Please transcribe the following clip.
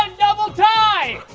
um double ty!